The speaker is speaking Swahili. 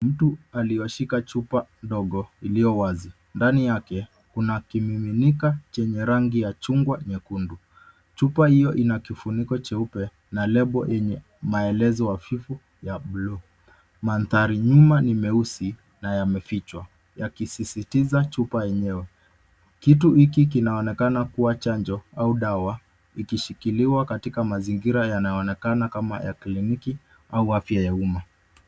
Mtu alioshika chupa ndogo iliyo wazi. Ndani yake, kuna kimiminika chenye rangi ya chungwa nyekundu. Chupa hiyo Ina kifuniko cheupe na lebo yenye maelezo hafifu ya blue .Mandhari nyuma ni meusi na yamefichwa, yakisisitiza chupa yenyewe. kitu hiki kinaonekana kuwa chanjo au dawa ikishikiliwa katika mazingira yanayo onekana kama ya kliniki au afya umma.